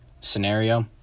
scenario